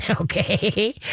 okay